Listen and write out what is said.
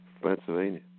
Pennsylvania